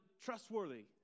trustworthy